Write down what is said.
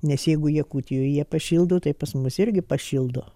nes jeigu jakutijoj jie pašildo tai pas mus irgi pašildo